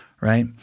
right